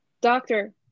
Doctor